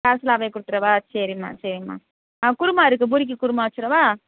பார்சலாகவே கொடுத்துடவா சரிம்மா சரிங்மா ஆ குருமா இருக்குது பூரிக்கு குருமா வச்சுடவா